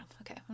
Okay